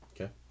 Okay